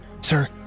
Sir